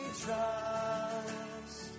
trust